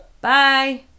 bye